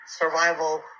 survival